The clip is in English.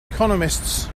economists